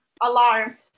alarm